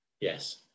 Yes